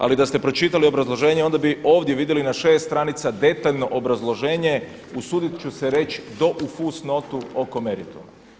Ali da ste pročitali obrazloženje, onda bi ovdje vidjeli na 6 stranica detaljno obrazloženje usudit ću se reći do u fusnotu oko merituma.